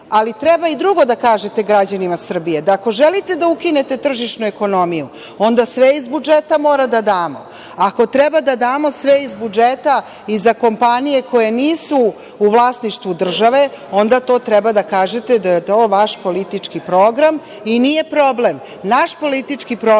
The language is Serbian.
ali treba i drugo da kažete građanima Srbije. Da ako želite da ukinete tržišnu ekonomiju onda sve iz budžeta mora da damo. Ako treba da damo sve iz budžeta i za kompanije koje nisu u vlasništvu države onda to treba da kažete da je to vaš politički program i nije problem. Naš politički program